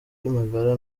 magara